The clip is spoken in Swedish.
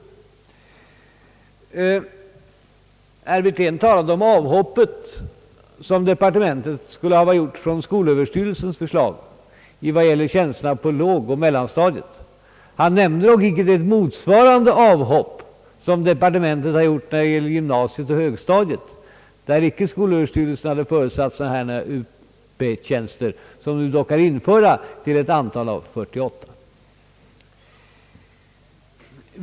Herr Wirtén talade om det »avhopp» som departementet skulle ha gjort från skolöverstyrelsens förslag beträffande tjänsterna på lågoch mellanstadiet. Han nämnde dock inte motsvarande avhopp som departementet gjort när det gäller gymnasiet och grundskolans högstadium, där skolöverstyrelsen icke hade föreslagit sådana Up-tjänster, som vi dock skall införa till ett antal av 48.